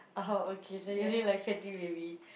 oh okay so you only like Fatty Baby